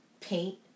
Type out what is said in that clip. paint